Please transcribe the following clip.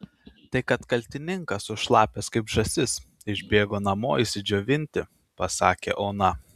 tai kad kaltininkas sušlapęs kaip žąsis išbėgo namo išsidžiovinti pasakė ona